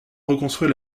reconstruire